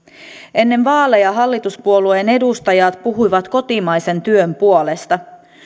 ennen vaaleja hallituspuolueen edustajat puhuivat kotimaisen työn puolesta